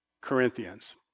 Corinthians